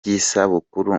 by’isabukuru